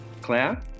Claire